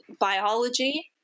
biology